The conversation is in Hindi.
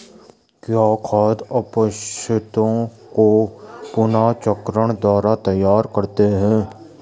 क्या खाद अपशिष्टों को पुनर्चक्रण द्वारा तैयार करते हैं?